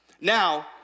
Now